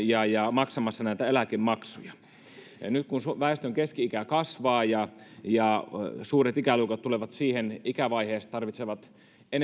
maksamalla näitä eläkemaksuja nyt kun väestön keski ikä kasvaa ja ja suuret ikäluokat tulevat siihen ikävaiheeseen että tarvitsevat